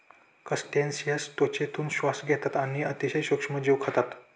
crustaceans त्वचेतून श्वास घेतात आणि अतिशय सूक्ष्म जीव खातात